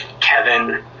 Kevin